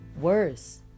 worse